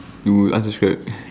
oh you unsubscribe